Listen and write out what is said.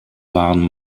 waren